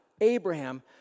Abraham